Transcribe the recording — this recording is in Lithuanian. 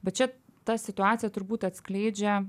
bet čia ta situacija turbūt atskleidžia